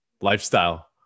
lifestyle